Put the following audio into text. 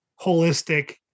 holistic